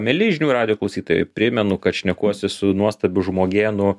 mieli žinių radijo klausytojai primenu kad šnekuosi su nuostabiu žmogėnu